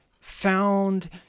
found